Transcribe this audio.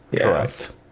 Correct